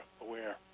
aware